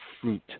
fruit